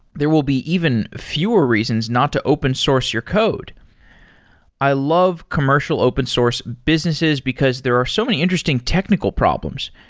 there will be even fewer reasons not to open source your code i love commercial open source businesses, because there are so many interesting technical problems.